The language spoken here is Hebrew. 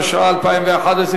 התשע"א 2011,